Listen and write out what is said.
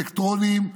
אלקטרוניים.